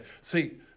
See